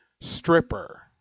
stripper